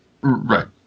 Right